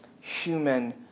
human